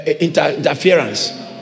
interference